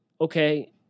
okay